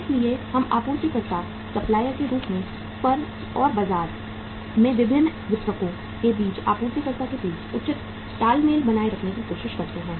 इसलिए हम आपूर्तिकर्ता सप्लायर के रूप में फर्म और बाजार में विभिन्न वितरकों के बीच आपूर्तिकर्ता के बीच उचित तालमेल बनाए रखने की कोशिश करते हैं